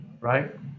right